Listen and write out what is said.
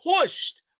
pushed